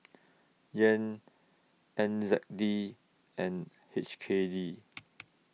Yen N Z D and H K D